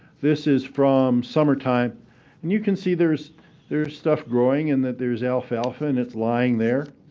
this is from summertime. and you can see there's there's stuff growing, and that there's alfalfa, and it's lying there.